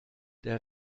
der